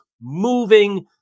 moving